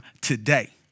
today